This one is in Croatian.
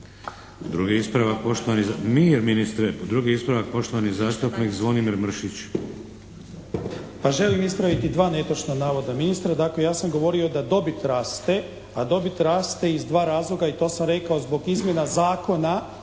Drugi ispravak, poštovani zastupnik Zvonimir Mršić.